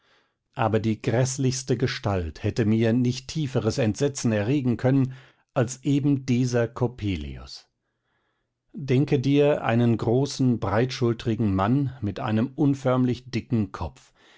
aber die gräßlichste gestalt hätte mir nicht tieferes entsetzen erregen können als eben dieser coppelius denke dir einen großen breitschultrigen mann mit einem unförmlich dicken kopf